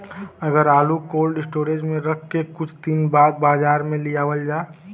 अगर आलू cold storage में रख के कुछ दिन बाद बाजार में लियावल जा?